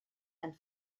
and